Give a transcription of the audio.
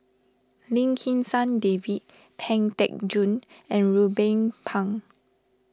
Lim Kim San David Pang Teck Joon and Ruben Pang